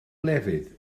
lefydd